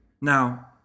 Now